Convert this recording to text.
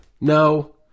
No